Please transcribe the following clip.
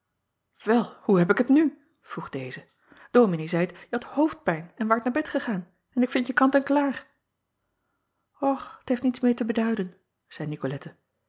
el hoe heb ik het nu vroeg deze ominee zeit je hadt hoofdpijn en waart naar bed gegaan en ik vindje kant en klaar acob van ennep laasje evenster delen ch t heeft niets meer te beduiden zeî icolette